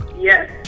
Yes